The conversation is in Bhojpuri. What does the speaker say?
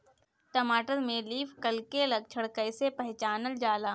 टमाटर में लीफ कल के लक्षण कइसे पहचानल जाला?